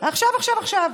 עכשיו, עכשיו, עכשיו.